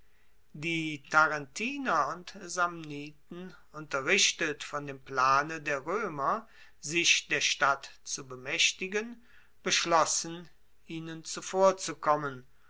die tarentiner und samniten unterrichtet von dem plane der roemer sich der stadt zu bemaechtigen beschlossen ihnen zuvorzukommen